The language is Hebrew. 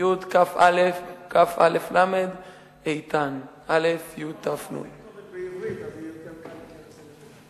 תעשה כתובת בעברית אז יהיה יותר קל להיכנס.